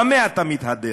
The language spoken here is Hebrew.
במה אתה מתהדר?